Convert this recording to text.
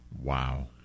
Wow